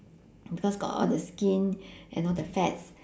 because got all the skin and all the fats